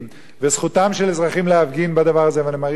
וזכותם של אזרחים להפגין בדבר הזה ואני מעריך אותם.